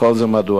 וכל זה מדוע?